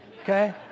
okay